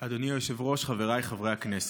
אדוני היושב-ראש, חבריי חברי הכנסת,